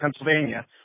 Pennsylvania